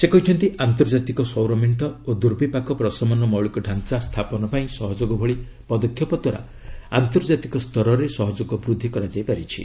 ସେ କହିଛନ୍ତି ଆନ୍ତର୍ଜାତିକ ସୌର ମେଣ୍ଟ ଓ ଦୁର୍ବିପାକ ପ୍ରଶମନ ମୌଳିକ ଢାଞ୍ଚା ସ୍ଥାପନ ପାଇଁ ସହଯୋଗ ଭଳି ପଦକ୍ଷେପ ଦ୍ୱାରା ଆନ୍ତର୍ଜାତିକ ସ୍ତରରେ ସହଯୋଗ ବୃଦ୍ଧି କରାଯାଇ ପାରିଛି